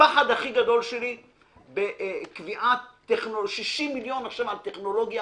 הפחד הכי גדול שלי בקביעת 60 מיליון עכשיו על טכנולוגיה